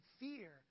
fear